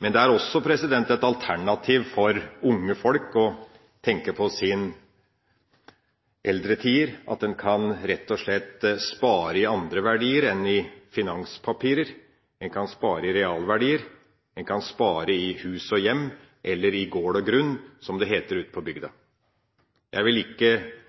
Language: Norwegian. Det er også et alternativ for unge folk å tenke på sine eldre dager at en rett og slett kan spare i andre verdier enn i finanspapirer – en kan spare i realverdier, en kan spare i hus og hjem eller i gård og grunn, som det heter ute på bygda. Jeg vil ikke